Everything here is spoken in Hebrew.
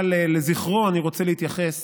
אבל לזכרו אני רוצה להתייחס